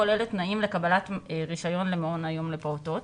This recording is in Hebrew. כולל התנאים לקבלת רישיון למעון היום לפעוטות.